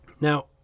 now